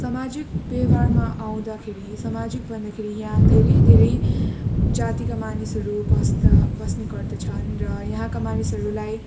सामाजिक व्यवहारमा आउँदाखेरि सामाजिक भन्दाखेरि यहाँ धेरै धेरै जातिका मानिसहरू बस्दा बस्ने गर्दछन् र यहाँका मानिसहरूलाई